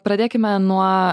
pradėkime nuo